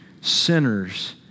sinners